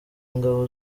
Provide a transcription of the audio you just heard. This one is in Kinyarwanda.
ingabo